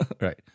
Right